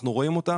אנחנו רואים אותה